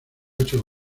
ocho